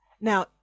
Now